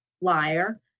Liar